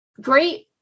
great